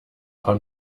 paar